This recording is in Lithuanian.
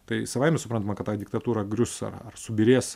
tai savaime suprantama kad ta diktatūra grius ar ar subyrės